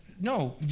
No